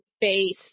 base